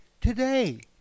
today